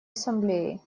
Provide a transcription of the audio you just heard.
ассамблеи